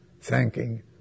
thanking